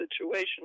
situation